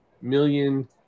million